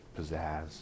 pizzazz